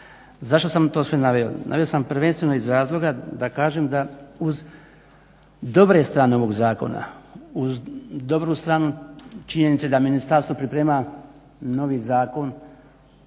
Zašto sam to sve naveo? Naveo sam prvenstveno iz razloga da kažem da uz dobre strane ovog zakona, uz dobru stranu činjenice da ministarstvo priprema novi Zakon